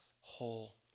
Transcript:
whole